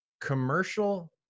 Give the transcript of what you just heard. commercial